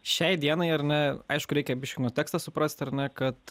šiai dienai ar ne aišku reikia biš nu tekstą suprast ar ne kad